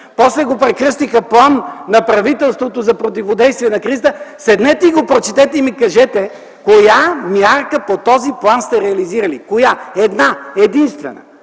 после го прекръстиха „План на правителството за противодействие на кризата”. Седнете и го прочете и ми кажете: коя мярка по този план сте реализирали, една-единствена!